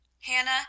Hannah